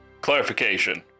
Clarification